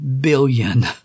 billion